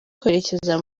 kwerekeza